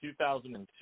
2002